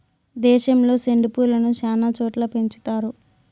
దేశంలో సెండు పూలను శ్యానా చోట్ల పెంచుతారు